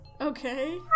Okay